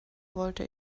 wollte